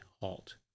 halt